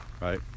right